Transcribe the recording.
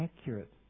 accurate